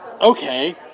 okay